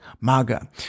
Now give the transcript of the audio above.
maga